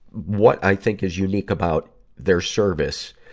what i think is unique about their service,